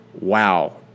wow